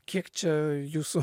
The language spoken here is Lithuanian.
kiek čia jūsų